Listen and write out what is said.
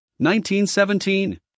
1917